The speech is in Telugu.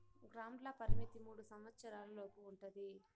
గ్రాంట్ల పరిమితి మూడు సంవచ్చరాల లోపు ఉంటది